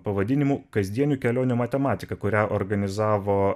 pavadinimu kasdienių kelionių matematika kurią organizavo